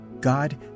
God